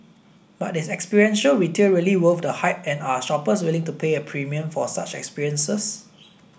but is experiential retail really worth the hype and are shoppers willing to pay a premium for such experiences